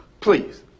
please